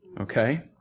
okay